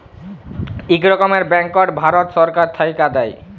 ইক রকমের ব্যাংকট ভারত ছরকার থ্যাইকে দেয়